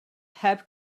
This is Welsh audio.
heb